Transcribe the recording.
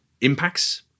impacts